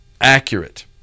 accurate